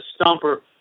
stumper